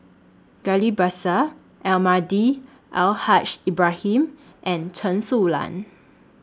Ghillie Bassan Almahdi A L Haj Lbrahim and Chen Su Lan